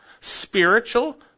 Spiritual